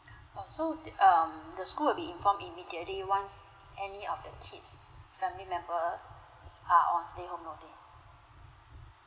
oh so di~ um the school will be informed immediately once any of the kid's family member are on stay home notice